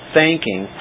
thanking